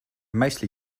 mostly